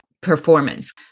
performance